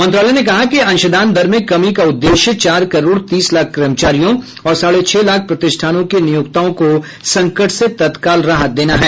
मंत्रालय ने कहा कि अंशदान दर में कमी का उद्देश्य चार करोड़ तीस लाख कर्मचारियों और साढ़े छह लाख प्रतिष्ठानों के नियोक्ताओं को संकट से तत्काल राहत देना है